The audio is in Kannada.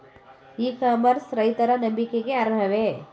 ಇ ಕಾಮರ್ಸ್ ರೈತರ ನಂಬಿಕೆಗೆ ಅರ್ಹವೇ?